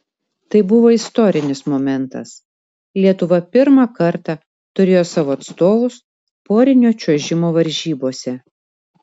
tai buvo istorinis momentas lietuva pirmą kartą turėjo savo atstovus porinio čiuožimo varžybose